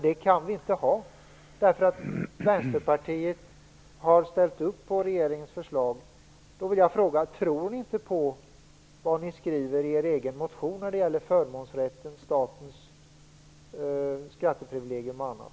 Det har vi inte, eftersom Vänsterpartiet har ställt sig bakom regeringens förslag. Jag vill då fråga: Tror ni inte på det som ni skriver i er egen motion om förmånsrättens status, skatteprivilegium och annat?